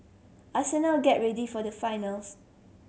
Arsenal get ready for the finals